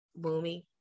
Boomy